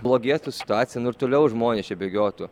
blogėtų situacija nu ir toliau žmonės čia bėgiotų